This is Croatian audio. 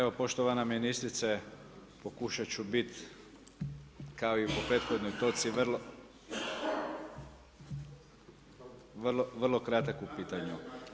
Evo, poštovana ministrice, pokušat ću biti kao i po prethodnoj točci vrlo kratak u pitanju.